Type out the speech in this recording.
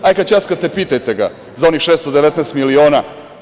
Hajde kada ćaskate, pitajte ga za onih 619 miliona.